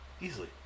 easily